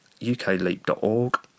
UKLEAP.org